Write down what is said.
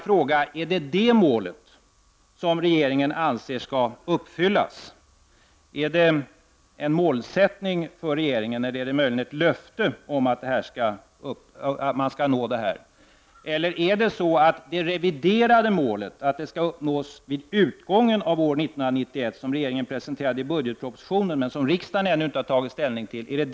Är det detta mål som regeringen anser skall uppfyllas? Är det en målsättning för regeringen eller möjligen ett löfte om att detta skall uppfyllas? Eller är det det reviderade målet vid utgången av 1991 som gäller — som regeringen presenterade i budgetpropositionen och som riksdagen ännu inte har tagit ställning till?